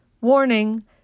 Warning